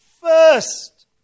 first